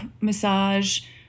massage